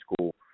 School